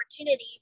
opportunity